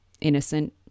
innocent